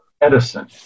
Edison